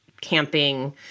camping